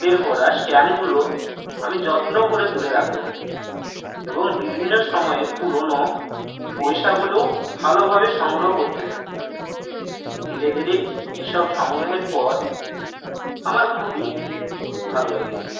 বের করা স্ট্যাম্পগুলো আমি যত্ন করে তুলে রাখতে থাকি এবং বিভিন্ন সময়ের পুরনো পয়সাগুলোও ভালোভাবে সংগ্রহ করতে থাকি ধীরে ধীরে এইসব সংগ্রহের পর আমার খুবই ভালো লেগেছে